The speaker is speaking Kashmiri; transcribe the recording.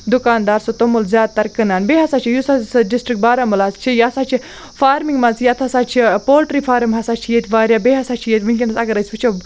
دُکاندار سُہ توٚمُل زیادٕتر کٕنان بیٚیہِ ہَسا چھِ یُس ہَسا سُہ ڈِسٹرٛک بارہموٗلاہَس چھِ یہِ ہَسا چھِ فارمِںٛگ منٛز ییٚتہِ ہَسا چھِ پولٹِرٛی فارم ہَسا چھِ ییٚتہِ واریاہ بیٚیہِ ہَسا چھِ ییٚتہِ وٕنۍکٮ۪نَس اگر أسۍ وٕچھو